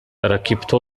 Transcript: ركبت